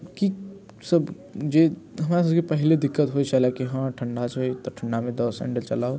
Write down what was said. की सब जे हमरा सबके पहिले दिक्कत होइ छलै कि हँ ठण्डा छै तऽ ठण्डामे दस हैंडल चलाउ